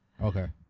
Okay